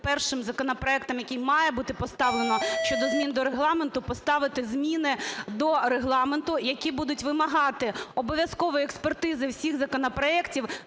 першим законопроектом, який має бути поставлено щодо змін до Регламенту, поставити зміни до Регламенту, які будуть вимагати обов'язкової експертизи всіх законопроектів